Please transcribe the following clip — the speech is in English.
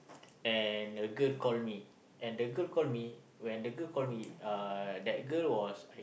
and a girl call me and the girl call me when the girl call me uh that girl was I